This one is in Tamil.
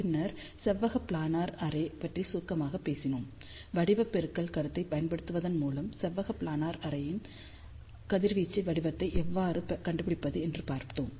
பின்னர் செவ்வக பிளானர் அரே பற்றி சுருக்கமாகப் பேசினோம் வடிவ பெருக்கல் கருத்தைப் பயன்படுத்துவதன் மூலம் செவ்வக பிளானர் அரேயின் கதிர்வீச்சு வடிவத்தை எவ்வாறு கண்டுபிடிப்பது என்று பார்த்தோம்